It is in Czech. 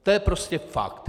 To je prostě fakt.